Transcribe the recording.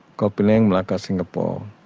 ah penang, malacca, singapore,